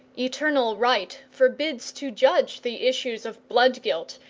eternal right forbids to judge the issues of blood-guilt,